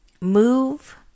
move